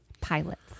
Pilots